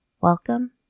Welcome